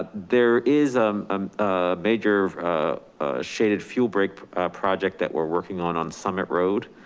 ah there is um um ah major shaded fuel break project that we're working on on summit road.